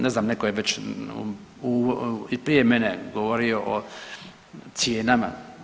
Ne zna, netko je već i prije mene govorio o cijenama.